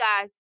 guys